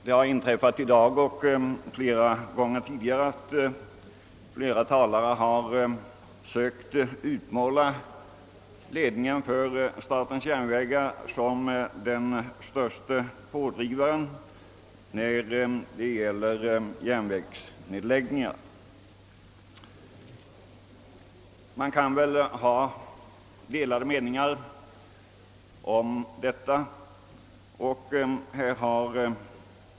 Herr talman! I dag och åtskilliga gånger tidigare har flera talare sökt utmåla ledningen för SJ som den största pådrivaren när det gäller järnvägsnedlägg ningar. Det kan råda delade meningar om detta.